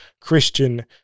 Christian